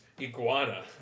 iguana